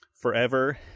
forever